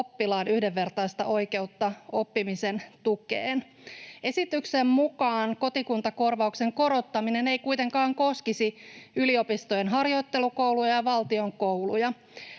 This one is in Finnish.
oppilaan yhdenvertaista oikeutta oppimisen tukeen. Esityksen mukaan kotikuntakorvauksen korottaminen ei kuitenkaan koskisi yliopistojen harjoittelukouluja ja valtion kouluja.